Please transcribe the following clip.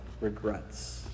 regrets